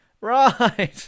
right